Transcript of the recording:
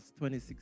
26